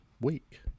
week